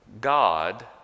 God